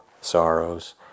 sorrows